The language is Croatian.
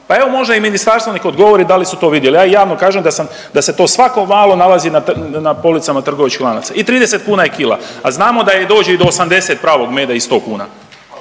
Pa evo može i ministarstvo nek odgovori da li su to vidjeli. Ja im javno kažem da sam, da se to svako malo nalazi na policama trgovačkih lanaca i 30 kn je kila, a znamo da dođe do 80 pravog meda i 100 kn.